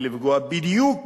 ולפגוע בדיוק